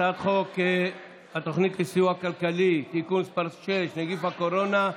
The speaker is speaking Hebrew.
הצעת חוק התוכנית לסיוע כלכלי (נגיף הקורונה החדש)